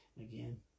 Again